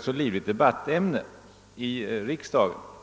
så livlig debatt i riks dagen.